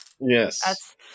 Yes